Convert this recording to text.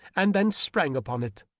and then sprang upon it,